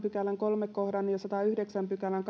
pykälän kolmannen kohdan ja sadannenyhdeksännen pykälän